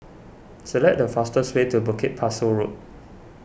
select the fastest way to Bukit Pasoh Road